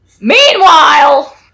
Meanwhile